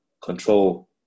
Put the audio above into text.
control